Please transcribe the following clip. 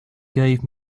gave